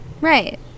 Right